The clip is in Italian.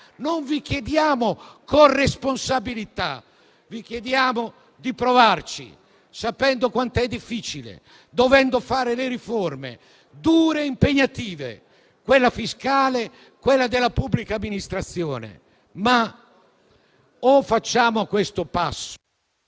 Non vi chiediamo corresponsabilità. Vi chiediamo di provarci, sapendo quant'è difficile, dovendo fare le riforme, dure e impegnative: quella fiscale, quella della pubblica amministrazione. O facciamo questo passo,